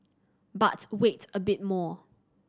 but wait a bit more